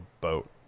boat